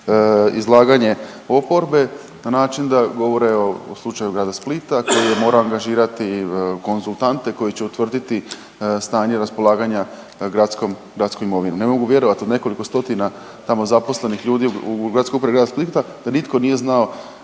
izlaganje oporbe na način da govore o slučaju Grada Splita koji je morao angažirati konzultante koji će utvrditi stanje raspolaganja gradskom, gradskom imovinom. Ne mogu vjerovati od nekoliko stotina tamo zaposlenih ljudi u Gradskoj upravi Grada Splita da nitko nije znao